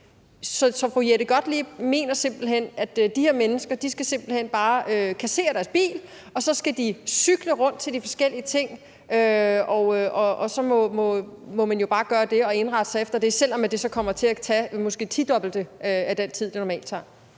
Så fru Jette Gottlieb mener simpelt hen, at de her mennesker bare skal kassere deres bil, og så skal de cykle rundt til de forskellige ting, og så må man jo bare gøre det og indrette sig efter det, selv om det måske kommer til at tage det tidobbelte af den tid, det normalt tager.